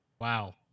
wow